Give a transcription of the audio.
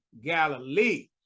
Galilee